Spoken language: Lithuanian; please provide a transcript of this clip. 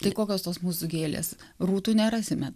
tai kokios tos mūsų gėlės rūtų nerasime